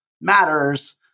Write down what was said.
matters